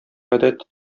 гадәт